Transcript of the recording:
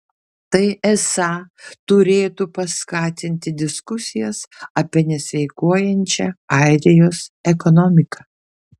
tai esą turėtų paskatinti diskusijas apie nesveikuojančią airijos ekonomiką